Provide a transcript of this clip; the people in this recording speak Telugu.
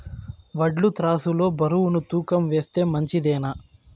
వడ్లు త్రాసు లో బరువును తూకం వేస్తే మంచిదేనా?